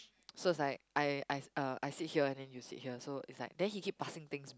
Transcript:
so it's like I I uh I sit here and then you sit here so it's like then he keep passing things